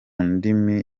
ndimi